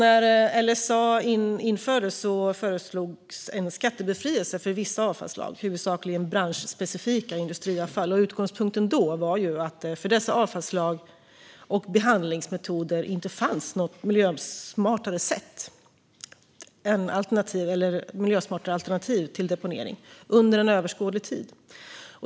När LSA infördes föreslogs en skattebefrielse för vissa avfallsslag, huvudsakligen branschspecifikt industriavfall. Utgångspunkten då var att det för dessa avfallsslag och behandlingsmetoder inte fanns något miljösmartare alternativ till deponering under en överskådlig tid.